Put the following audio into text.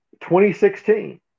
2016